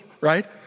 right